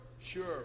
Sure